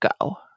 go